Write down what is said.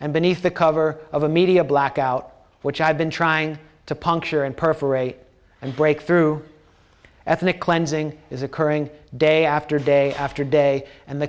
and beneath the cover of a media blackout which i've been trying to puncture and perforate and breakthrough ethnic cleansing is occurring day after day after day and the